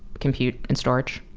compute and storage.